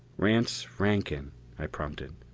rance rankin i prompted.